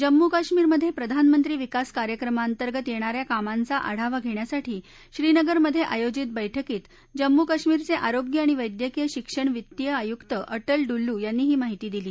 जम्मू काश्मीरमध्ये प्रधानमंत्री विकास कार्यक्रमाअंतर्गत येणाऱ्या कामांचा आढावा घेण्यासाठी श्रीनगर मध्ये आयोजित बैठकीत जम्मू काश्मिरचे आरोग्य आणि वैद्यकीय शिक्षण वित्तीय आयुक्त अटल डुल्लु यांनी ही माहिती दिली